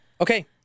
okay